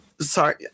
sorry